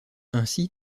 ainsi